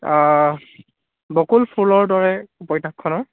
বকুল ফুলৰ দৰে